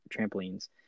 trampolines